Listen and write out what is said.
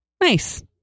Nice